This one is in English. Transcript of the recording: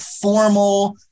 formal